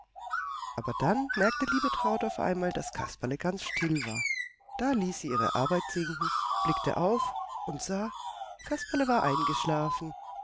aber dann merkte liebetraut auf einmal daß kasperle ganz still war da ließ sie ihre arbeit sinken blickte auf und sah kasperle war eingeschlafen